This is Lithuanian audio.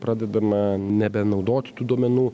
pradedame nebenaudot tų duomenų